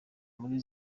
muri